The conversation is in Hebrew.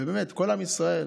באמת כל עם ישראל.